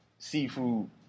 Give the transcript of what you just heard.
seafood